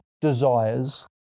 desires